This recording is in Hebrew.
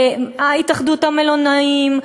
המלונאים,